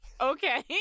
Okay